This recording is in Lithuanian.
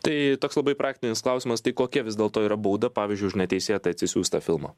tai toks labai praktinis klausimas tai kokia vis dėlto yra bauda pavyzdžiui už neteisėtai atsisiųstą filmą